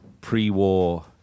pre-war